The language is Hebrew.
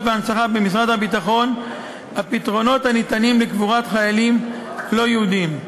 והנצחה במשרד הביטחון הפתרונות הניתנים לקבורת חיילים לא-יהודים.